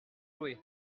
loué